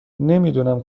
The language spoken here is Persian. نمیدونم